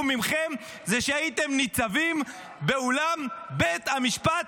מכם זה שהייתם ניצבים באולם בית המשפט